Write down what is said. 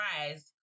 rise